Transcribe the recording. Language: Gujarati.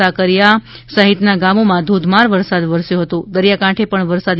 સાકરીયા ઘેસપુર સહિતના ગામોમાં ધોધમાર વરસાદ વરસ્યો હતો દરિયાઈકાંઠે પણ વરસાદી